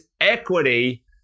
equity